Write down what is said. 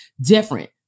different